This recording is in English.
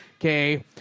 Okay